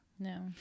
No